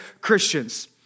Christians